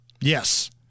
yes